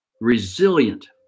resilient